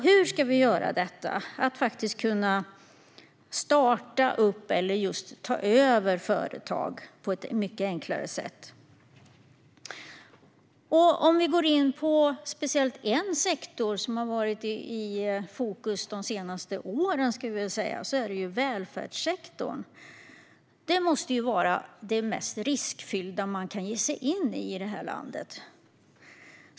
Hur ska man göra för att starta upp eller just ta över företag på ett mycket enklare sätt? Jag ska gå in på speciellt en sektor som har varit i fokus under de senaste åren, nämligen välfärdssektorn. Den måste vara det mest riskfyllda som man kan ge sig in på i detta land.